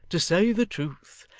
to say the truth,